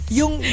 yung